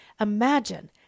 Imagine